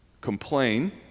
complain